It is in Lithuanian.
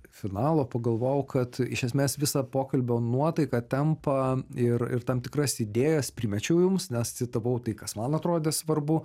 finalo pagalvojau kad iš esmės visą pokalbio nuotaiką tempą ir ir tam tikras idėjas primečiau jums nes citavau tai kas man atrodė svarbu